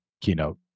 keynote